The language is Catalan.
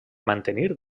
mantenir